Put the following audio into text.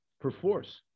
perforce